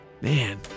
Man